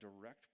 direct